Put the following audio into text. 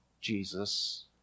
Jesus